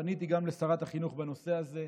פניתי גם לשרת החינוך בנושא הזה,